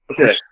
Okay